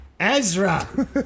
Ezra